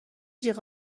جیغ